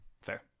Fair